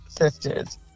Sisters